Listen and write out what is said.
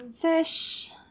Fish